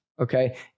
okay